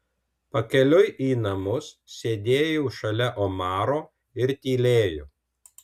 pakeliui į namus sėdėjau šalia omaro ir tylėjau